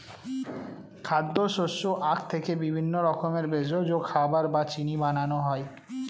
খাদ্য, শস্য, আখ থেকে বিভিন্ন রকমের ভেষজ, খাবার বা চিনি বানানো হয়